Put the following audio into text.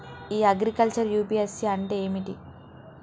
ఇ agriculture UPSC అంటే ఏమిటి?